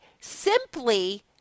simply